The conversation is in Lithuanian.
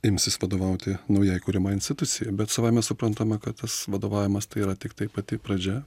imsis vadovauti naujai kuriamai institucijai bet savaime suprantama kad tas vadovavimas tai yra tiktai pati pradžia